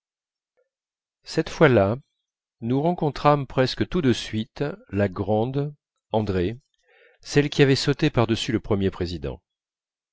cette fois-là nous rencontrâmes presque tout de suite la grande andrée celle qui avait sauté par-dessus le premier président